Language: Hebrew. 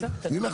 כן.